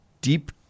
deep